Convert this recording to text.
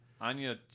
Anya